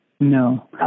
No